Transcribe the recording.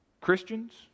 Christians